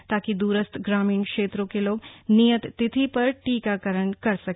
ताकि दूरस्थ ग्रामीण क्षेत्रों के लोग नियत तिथि पर टीकाकरण कर सके